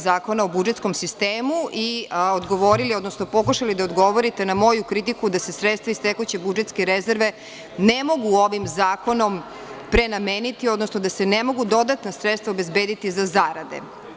Zakona o budžetskom sistemu i odgovorili, odnosno pokušali da odgovorite na moju kritiku da se sredstva iz tekuće budžetske rezerve ne mogu ovim zakonom prenameniti, odnosno da se ne mogu dodatna sredstva obezbediti za zarade.